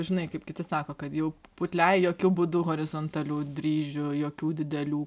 žinai kaip kiti sako kad jau pu putliai jokiu būdu horizontalių dryžių jokių didelių